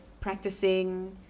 practicing